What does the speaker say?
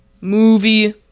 movie